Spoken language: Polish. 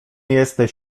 jesteś